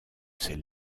ses